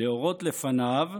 להורות לפניו,